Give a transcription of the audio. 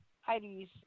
Heidi's